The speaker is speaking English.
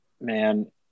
man